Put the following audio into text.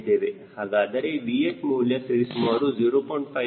ಹಾಗಾದರೆ VH ಮೌಲ್ಯ ಸರಿಸುಮಾರು 0